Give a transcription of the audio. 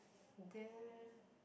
then